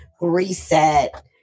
reset